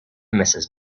mrs